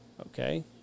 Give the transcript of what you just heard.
Okay